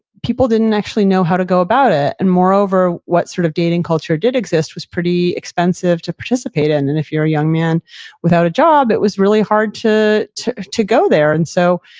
people didn't actually know how to go about it. and moreover, what sort of dating culture did exist was pretty expensive to participate in. and if you're a young man without a job, it was really hard to to go there. and so,